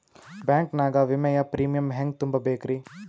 Bank ನಾಗ ವಿಮೆಯ premium ಹೆಂಗ್ ತುಂಬಾ ಬೇಕ್ರಿ?